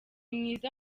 mwiza